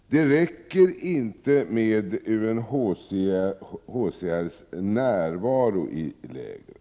Det räcker inte med UNHCR:s närvaro i lägren.